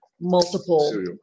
multiple